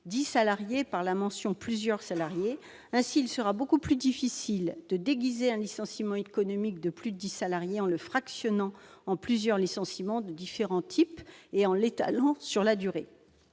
dix salariés » par les mots « plusieurs salariés ». Ainsi, il deviendra beaucoup plus difficile de déguiser un licenciement économique de plus de dix salariés en le fractionnant en plusieurs licenciements de différents types et en l'étalant sur la durée.